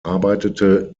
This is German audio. arbeitete